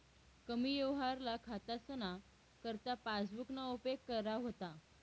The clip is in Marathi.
कमी यवहारवाला खातासना करता पासबुकना उपेग करा व्हता